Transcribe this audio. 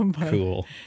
cool